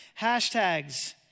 hashtags